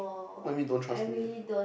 what you mean don't trust me